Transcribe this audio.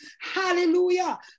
hallelujah